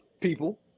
people